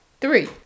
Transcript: Three